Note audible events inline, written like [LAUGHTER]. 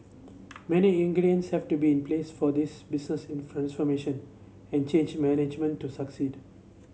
many ingredients have to be in place for this business [UNINTELLIGIBLE] and change management to succeed